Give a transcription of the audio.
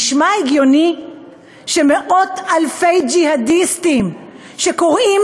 נשמע הגיוני שמאות-אלפי ג'יהאדיסטים שקוראים